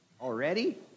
Already